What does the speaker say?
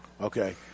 Okay